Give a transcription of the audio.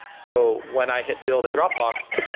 so when i hit build at dropbox,